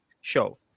show